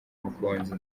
mukunzi